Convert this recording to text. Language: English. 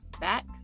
Back